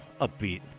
upbeat